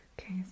Okay